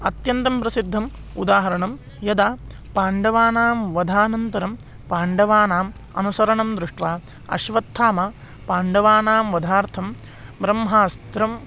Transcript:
अत्यन्तं प्रसिद्धम् उदाहरणं यदा पाण्डवानां वधानन्तरं पाण्डवानाम् अनुसरणं दृष्ट्वा अश्वत्थामः पाण्डवानां वधार्थं ब्रह्मास्त्रं